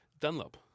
Dunlop